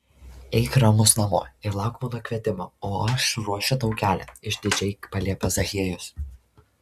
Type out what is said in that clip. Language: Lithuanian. eik ramus namo ir lauk mano kvietimo o aš ruošiu tau kelią išdidžiai paliepė zachiejus